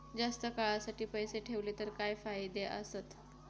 जास्त काळासाठी पैसे ठेवले तर काय फायदे आसत?